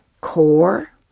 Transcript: core